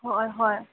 হয় হয়